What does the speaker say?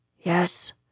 Yes